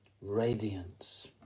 radiance